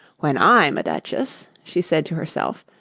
when i'm a duchess she said to herself,